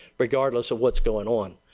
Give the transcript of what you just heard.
regard list of what's going on.